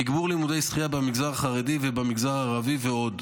תגבור לימודי שחייה במגזר החרדי ובמגזר הערבי ועוד.